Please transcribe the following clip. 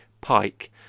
Pike